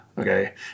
Okay